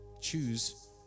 Choose